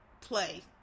play